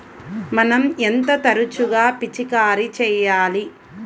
మనం ఎంత తరచుగా పిచికారీ చేయాలి?